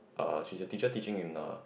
uh she's a teacher teaching in a